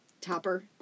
topper